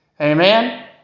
Amen